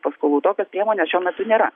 paskolų tokios priemonės šiuo metu nėra